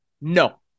no